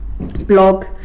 blog